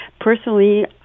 Personally